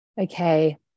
Okay